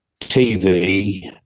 TV